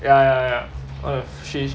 ya ya ya what the f~ she